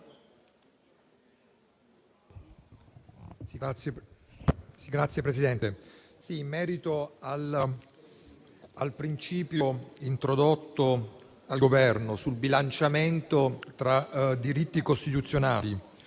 Signor Presidente, in merito al principio introdotto dal Governo sul bilanciamento tra diritti costituzionali,